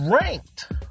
ranked